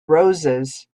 roses